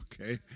okay